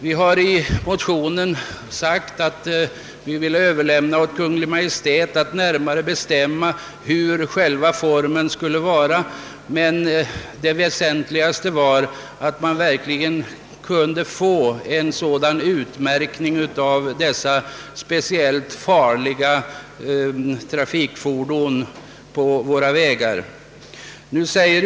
Vi har i motionen anfört att vi vill överlämna åt Kungl. Maj:t att närmare bestämma hur skylten skall utformas — det väsentligaste var att dessa speciellt farliga trafikfordon på våra vägar utmärktes på något sätt.